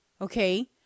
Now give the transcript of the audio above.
okay